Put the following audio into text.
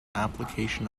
application